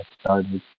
started